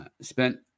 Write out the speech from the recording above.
spent